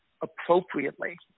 appropriately